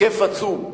היקף עצום.